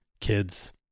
kids